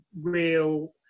real